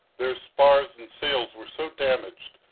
their spars and sails were so damaged,